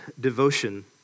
Devotion